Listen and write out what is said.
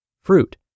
Fruit